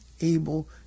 able